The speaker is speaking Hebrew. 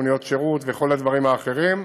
מוניות שירות וכל הדברים האחרים,